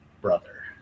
brother